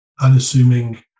unassuming